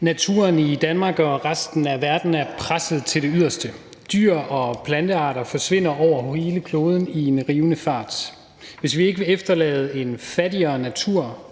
Naturen i Danmark og resten af verden er presset til det yderste. Dyre- og plantearter forsvinder over hele kloden i en rivende fart. Hvis vi ikke vil efterlade en fattigere natur